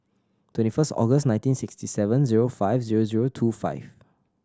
twenty first August nineteen sixty seven zero five zero zero two five